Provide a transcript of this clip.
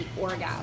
orgasm